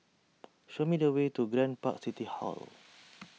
show me the way to Grand Park City Hall